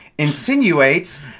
insinuates